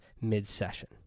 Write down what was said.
mid-session